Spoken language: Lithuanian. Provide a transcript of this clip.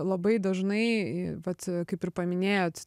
labai dažnai vat kaip ir paminėjot